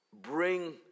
bring